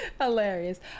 Hilarious